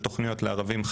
תוכניות לערבים,